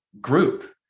group